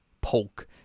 Polk